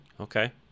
Okay